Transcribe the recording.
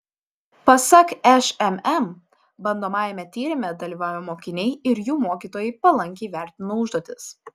pasak šmm bandomajame tyrime dalyvavę mokiniai ir jų mokytojai palankiai vertino užduotis